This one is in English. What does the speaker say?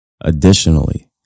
Additionally